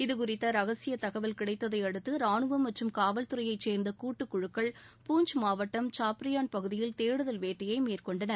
இது குறித்த ரகசிய தகவல் கிடைத்ததையடுத்து ராணுவம் மற்றும் காவல்துறையைச் சேர்ந்த கூட்டு குழுக்கள் பூஞ்ச் மாவட்டம் சாப்ரியான் பகுதியில் தேடுதல் வேட்டையை மேற்கொண்டன